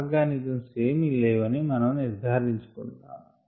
organisms ఏమి లేవని మనం నిర్ధారించుకుంటాము